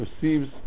receives